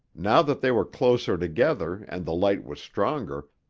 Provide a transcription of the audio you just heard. now that they were closer together and the light was stronger,